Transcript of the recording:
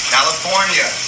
California